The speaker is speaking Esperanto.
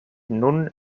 nun